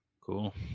Cool